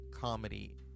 comedy